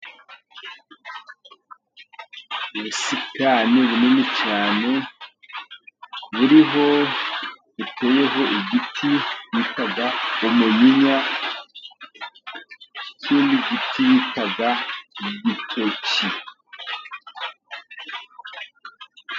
Ubusitani bunini cyane, buteyeho igiti bita umunyinya n'ikindi giti bita igiteki.